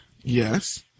Yes